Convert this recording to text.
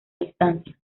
distancia